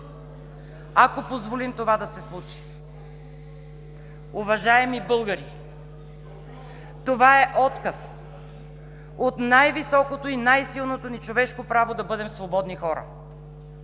ако позволим това да се случи. Уважаеми българи, това е отказ от най-високото и най-силното ни човешко право да бъдем свободни хора.